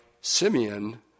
Simeon